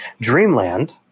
dreamland